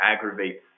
aggravates